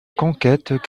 conquête